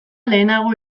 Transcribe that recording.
lehenago